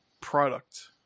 product